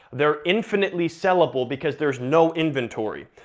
they're infinitely sellable because there's no inventory.